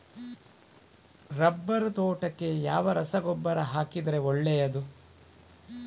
Rubber ತೋಟಕ್ಕೆ ಯಾವ ರಸಗೊಬ್ಬರ ಹಾಕಿದರೆ ಒಳ್ಳೆಯದು?